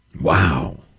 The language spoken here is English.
Wow